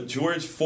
George